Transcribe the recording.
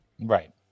right